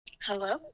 hello